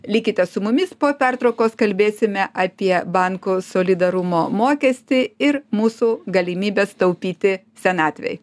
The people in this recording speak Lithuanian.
likite su mumis po pertraukos kalbėsime apie bankų solidarumo mokestį ir mūsų galimybes taupyti senatvei